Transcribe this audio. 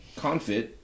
confit